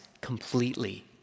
completely